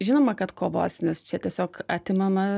žinoma kad kovosim nes čia tiesiog atimama